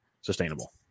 sustainable